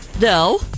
No